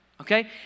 okay